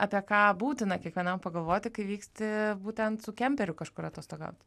apie ką būtina kiekvienam pagalvoti kai vyksti būtent su kemperiu kažkur atostogaut